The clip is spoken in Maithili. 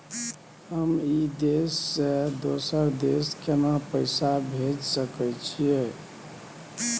हम ई देश से दोसर देश केना पैसा भेज सके छिए?